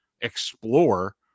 explore